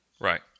Right